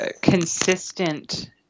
consistent